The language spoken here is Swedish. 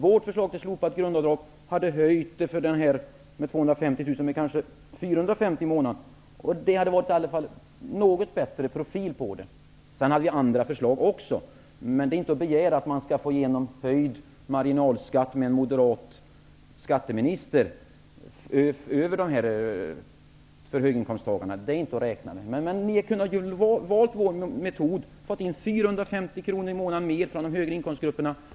Vårt förslag till slopat grundavdrag hade höjt kostnaden för personen med 250 000 kr i inkomst med kanske 450 kr i månaden. Det hade i alla fall varit en något bättre profil. Vi hade andra förslag också, men det är inte att begära att man skall få igenom höjd marginalskatt för höginkomsttagarna med en moderat skatteminister. Det är inte att räkna med. Men ni kunde ju ha valt vår metod och fått in 450 kr i månaden mer från de högre inkomstgrupperna.